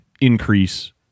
increase